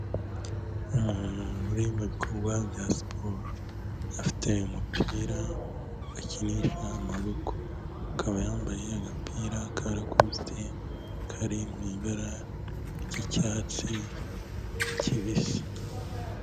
Umuntu uri mu bikorwa bya siporo, afite umupira akinisha amaboko, akaba yambaye agapira ka lakosite kari mu ibara ry'icyatsi kibisi.